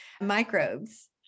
microbes